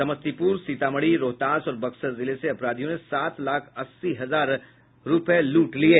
समस्तीपुर सीतामढ़ी रोहतास और बक्सर जिले से अपराधियों ने सात लाख अस्सी हजार रुपये लूट लिये